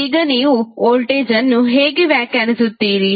ಈಗ ನೀವು ವೋಲ್ಟೇಜ್ ಅನ್ನು ಹೇಗೆ ವ್ಯಾಖ್ಯಾನಿಸುತ್ತೀರಿ